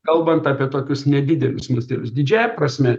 kalbant apie tokius nedidelius mastelius didžiąja prasme